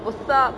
what's up